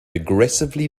aggressively